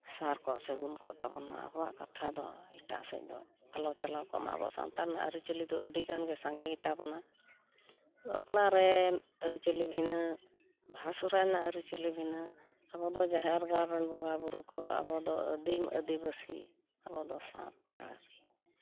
ᱥᱟᱨᱠᱚᱜ ᱥᱟᱹᱜᱩᱱ ᱠᱚᱜ ᱛᱟᱵᱚᱱ ᱢᱟ ᱟᱵᱚᱣᱟᱜ ᱠᱟᱛᱷᱟ ᱫᱚ ᱮᱴᱟᱜ ᱥᱮᱫ ᱫᱚ ᱟᱞᱚ ᱪᱟᱞᱟᱣ ᱠᱚᱜ ᱢᱟ ᱟᱵᱚ ᱥᱟᱶᱛᱟ ᱨᱮᱱᱟᱜ ᱟᱹᱨᱤᱪᱟᱹᱞᱤ ᱫᱚ ᱟᱹᱰᱤᱜᱟᱱ ᱜᱮ ᱥᱟᱸᱜᱮ ᱜᱮᱛᱟᱵᱚᱱᱟ ᱵᱟᱯᱞᱟ ᱨᱮ ᱟᱹᱨᱤ ᱪᱟᱹᱞᱤ ᱵᱷᱤᱱᱟᱹ ᱵᱟᱦᱟ ᱥᱚᱦᱚᱨᱟᱭ ᱨᱮᱱᱟᱜ ᱟᱹᱨᱤᱪᱟᱹᱞᱤ ᱵᱷᱤᱱᱟᱹ ᱟᱵᱚᱫᱚ ᱡᱟᱦᱮᱨ ᱜᱟᱲᱨᱮᱱ ᱵᱚᱝᱜᱟ ᱵᱩᱨᱩ ᱠᱚ ᱟᱵᱚ ᱫᱚ ᱟᱹᱫᱤᱢ ᱟᱹᱫᱤᱵᱟᱹᱥᱤ ᱟᱵᱚ ᱫᱚ ᱥᱟᱱᱛᱟᱲ ᱟᱹᱨᱤ